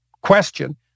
question